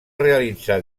realitzar